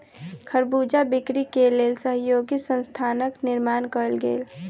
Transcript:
खरबूजा बिक्री के लेल सहयोगी संस्थानक निर्माण कयल गेल